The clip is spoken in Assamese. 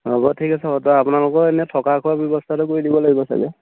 হ'ব ঠিক আছে বাৰু আপোনালোকৰ এনেই থকা খোৱা ব্যৱস্থাটো কৰি দিব লাগিব চাগৈ